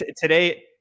today